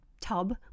tub